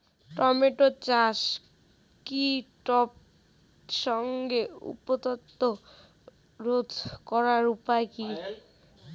Tomato চাষে কীটপতঙ্গের উৎপাত রোধ করার উপায় কী?